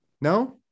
no